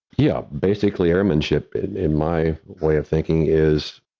yeah, basically airmanship, in in my way of thinking, is